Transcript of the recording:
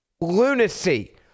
lunacy